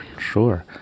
Sure